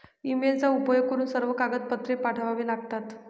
ईमेलचा उपयोग करून सर्व कागदपत्रे पाठवावे लागतात